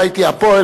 ראיתי "הפועל",